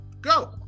go